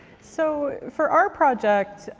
so for our project,